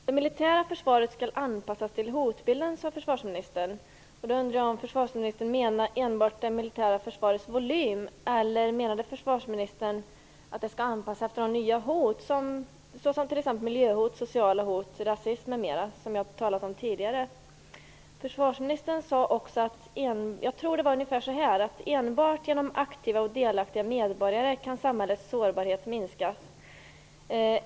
Herr talman! Det militära försvaret skall anpassas till hotbilden, sade försvarsministern. Menar försvarsministern enbart det militära försvarets volym, eller att försvaret skall anpassas efter de nya hot, exempelvis miljöhot, sociala hot, rasism etc, som vi talat om tidigare? Försvarsministern sade också att enbart genom aktiva och delaktiga medborgare kan samhällets sårbarhet minskas.